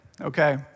okay